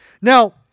Now